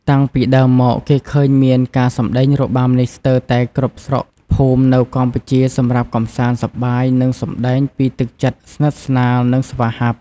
តាំងពីដើមមកគេឃើញមានការសម្ដែងរបាំនេះស្ទើតែគ្រប់ស្រុកភូមិនៅកម្ពុជាសម្រាប់កំសាន្តសប្បាយនិងសម្ដែងពីទឹកចិត្តស្និតស្នាលនិងស្វាហាប់។